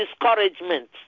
discouragement